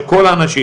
של כל האנשים.